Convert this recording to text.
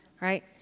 right